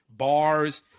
bars